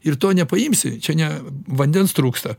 ir to nepaimsi čia ne vandens trūksta